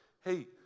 hey